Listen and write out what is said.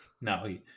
No